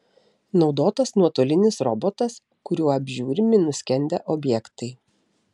naudotas nuotolinis robotas kuriuo apžiūrimi nuskendę objektai